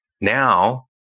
Now